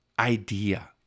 idea